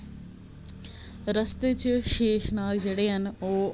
रस्ते च शेषनाग जेह्डे़ हैन ओह्